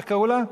איך קראו לה?